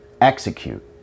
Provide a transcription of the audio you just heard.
execute